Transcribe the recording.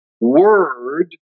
word